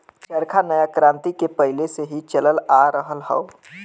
चरखा नया क्रांति के पहिले से ही चलल आ रहल हौ